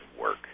work